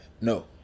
No